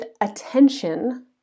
attention